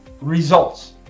results